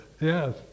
yes